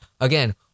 again